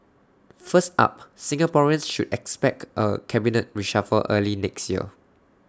first up Singaporeans should expect A cabinet reshuffle early next year